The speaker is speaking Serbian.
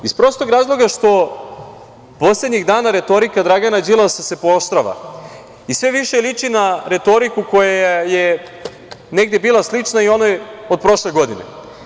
Iz prostog razloga što poslednjih dana retorika Dragana Đilasa se pooštrava i sve više liči na retoriku koja je negde bila sličnoj onoj od prošle godine.